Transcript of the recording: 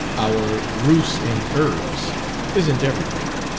our rus in urbs isn't everything,